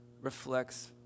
reflects